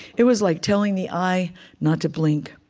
it was like telling the eye not to blink.